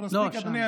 מספיק "אדוני,